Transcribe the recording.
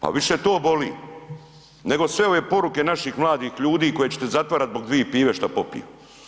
Pa više to boli nego sve ove poruke naših mladih ljudi koje ćete zatvarat zbog dvi pive što popiju.